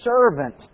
servant